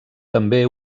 també